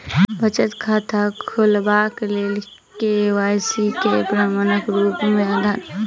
बचत खाता खोलेबाक लेल के.वाई.सी केँ प्रमाणक रूप मेँ अधार आ पैन कार्डक जरूरत होइ छै